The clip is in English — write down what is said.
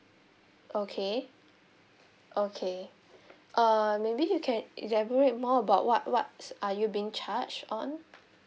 okay okay err maybe you can elaborate more about what what's are you being charge on